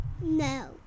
No